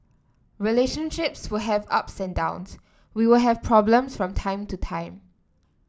relationships will have ups and downs we will have problems from time to time